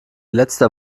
letzter